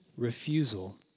Refusal